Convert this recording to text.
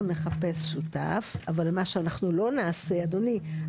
אנחנו נחפש שותף, אבל מה שאנחנו לא נעשה אדוני.